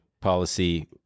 policy